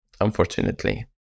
unfortunately